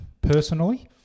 personally